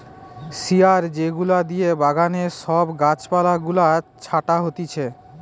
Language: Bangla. শিয়ার যেগুলা দিয়ে বাগানে সব গাছ পালা গুলা ছাটা হতিছে